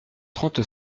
trente